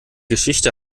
geschichte